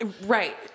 Right